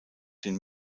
den